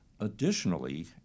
Additionally